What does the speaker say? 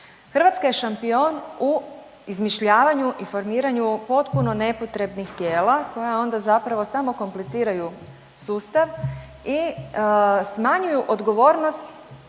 Hrvatska je šampion u izmišljavanju i informiranju potpuno nepotrebnih tema tijela koja onda zapravo samo kompliciraju sustav i smanjuju odgovornost